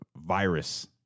virus